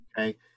okay